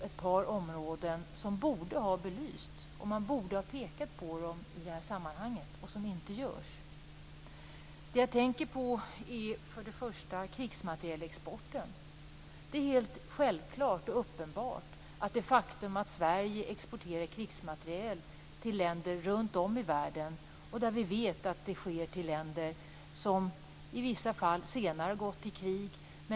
Ett par områden som borde ha belysts och som man borde ha pekat på i det här sammanhanget har dock inte tagits upp. Jag tänker för det första på krigsmaterielexporten. Det är självklart och uppenbart att Sverige exporterar krigsmateriel till länder runt om i världen, även till länder som vi vet i vissa fall efter hand har gått in i krig.